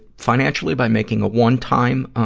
financially by making a one-time, ah,